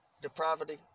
depravity